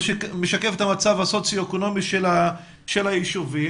שמשקף את המצב הסוציואקונומי של היישובים